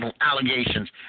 allegations